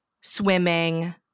swimming